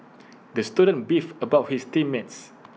the student beefed about his team mates